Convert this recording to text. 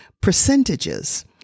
percentages